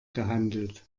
gehandelt